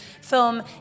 film